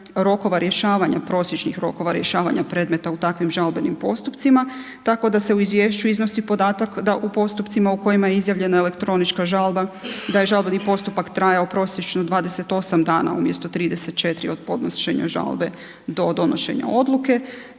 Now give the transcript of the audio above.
rokova rješavanja, prosječnih rokova rješavanja predmeta u takvim žalbenim postupcima, tako da se u izvješću iznosi podatak da u postupcima u kojima je izjavljena elektronička žalba da je žalbeni postupak trajao prosječno 28 dana umjesto 34 od podnošenja žalbe do donošenja odluke